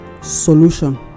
Solution